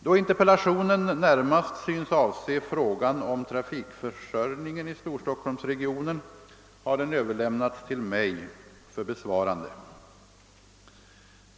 Då interpellationen närmast synes avse frågan om trafikförsörjningen i Storstockholmsregionen, har den överlämnats till mig för besvarande.